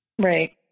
Right